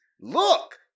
Look